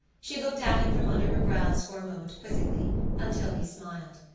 she looked at him from under her brows for a moment quizzically until he smiled.